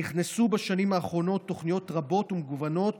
נכנסו בשנים האחרונות תוכניות רבות ומגוונות